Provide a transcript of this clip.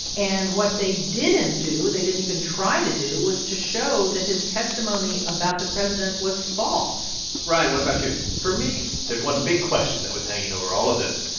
and what they didn't do, they didn't even try to do, was to show that his testimony about the president was false ryan, what about you? for me, there's one big question that was hanging over all of this,